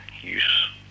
use